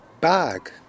bag